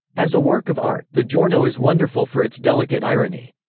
as a work of art, the giorno is wonderful for its delicate irony.